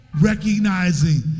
recognizing